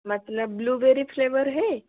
मतलब blueberry flavour है